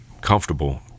comfortable